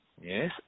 Yes